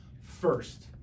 first